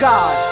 God